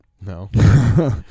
No